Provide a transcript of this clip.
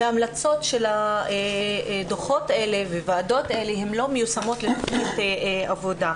והמלצות של הדו"חות האלה והוועדות האלה לא מיושמות לתכנית עבודה.